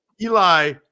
Eli